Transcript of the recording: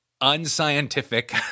unscientific